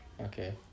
Okay